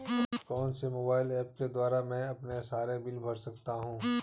कौनसे mobile apps के द्वारा मैं अपने सारे बिल भर सकता हूं?